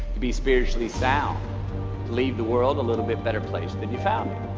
to be spiritually sound leave the world a little bit better place than you found